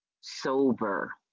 sober